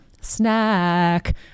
snack